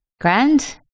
Grand